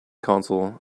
console